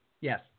Yes